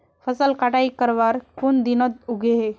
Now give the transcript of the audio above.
फसल कटाई करवार कुन दिनोत उगैहे?